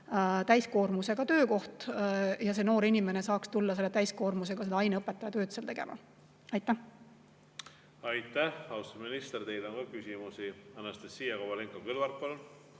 täiskoormusega töökoht ja noor inimene saaks tulla täiskoormusega seda aineõpetaja tööd seal tegema. Aitäh! Aitäh, austatud minister! Teile on ka küsimusi. Anastassia Kovalenko-Kõlvart,